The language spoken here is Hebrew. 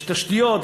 יש תשתיות,